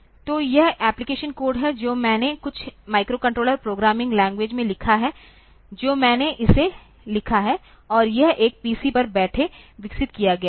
तो यह application code है जो मैंने कुछ माइक्रोकंट्रोलर प्रोग्रामिंग लैंग्वेज में लिखा है जो मैंने इसे लिखा है और यह एक PC पर बैठे विकसित किया गया है